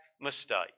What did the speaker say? mistake